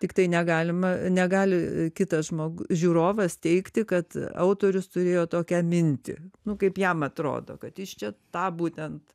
tiktai negalima negali kitą žmogų žiūrovas teigti kad autorius turėjo tokią mintį nu kaip jam atrodo kad jis čia tą būtent